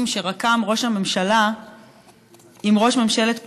שרקם ראש הממשלה עם ראש ממשלת פולין,